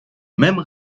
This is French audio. mêmes